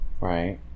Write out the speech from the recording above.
Right